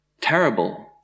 terrible